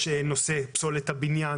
יש גם את הנושא של פסולת הבניין.